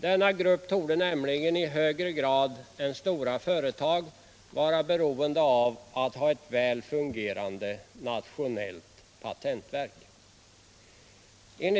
Denna grupp torde nämligen i högre grad än stora företag vara beroende av att ha ett väl fungerande nationellt patentverk.